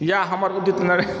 इएह हमर उदित नारायण